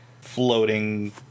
floating